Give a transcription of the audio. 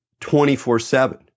24-7